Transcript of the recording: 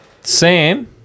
Sam